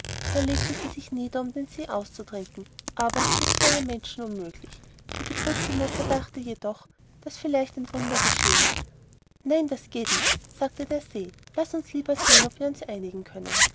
da legte sie sich nieder um den see auszutrinken aber das ist für einen menschen unmöglich die betrübte mutter dachte jedoch daß vielleicht ein wunder geschehen werde nein das geht nicht sagte der see laß uns lieber sehen ob wir uns einigen können